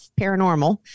paranormal